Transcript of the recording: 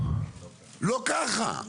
לא ככה.